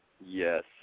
Yes